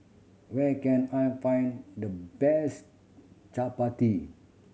where can I find the best Chapati